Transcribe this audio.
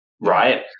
right